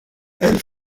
elles